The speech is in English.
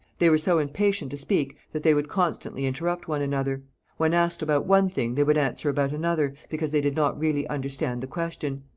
they were so impatient to speak that they would constantly interrupt one another when asked about one thing they would answer about another, because they did not really understand the question.